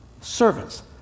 servants